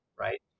right